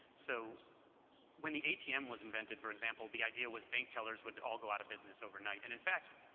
so when the atm was invented, for example, the idea was bank tellers would all go out of business overnight. and in fact,